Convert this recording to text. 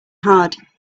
hard